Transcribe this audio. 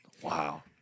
Wow